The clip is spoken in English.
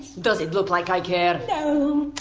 does it look like i care? no.